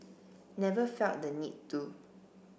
never felt the need to